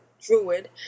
Druid